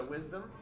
Wisdom